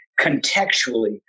contextually